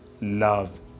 love